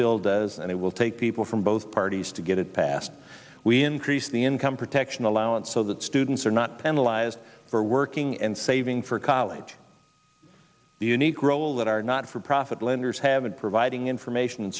does and it will take people from both parties to get it passed we increase the income protection allowance so that students are not penalize for working and saving for college the unique role that are not for profit lenders have and providing information